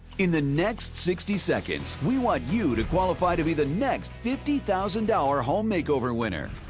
in the next sixty seconds, we want you to qualify to be the next fifty thousand dollar home makeover winner.